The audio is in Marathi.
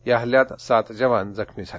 या हल्ल्यात सात जवान जखमी झाले